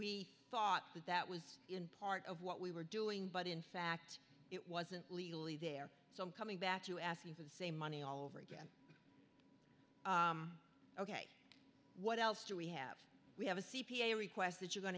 we thought that that was in part of what we were doing but in fact it wasn't legally there so i'm coming back to asking for the same money all over again ok what else do we have we have a c p a request that you're going